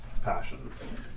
Passions